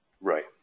Right